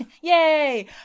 Yay